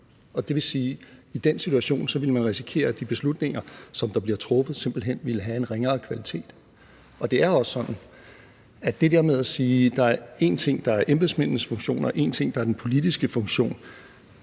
Det vil sige, at i den situation ville man risikere, at de beslutninger, som blev truffet, simpelt hen ville have en ringere kvalitet. Det er også sådan, at det der med at sige, at der er noget, der er embedsmændenes funktioner, og noget andet, der er den politiske funktion,